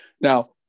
Now